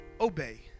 obey